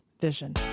vision